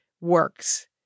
works